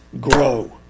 grow